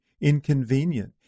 inconvenient